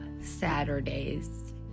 Saturdays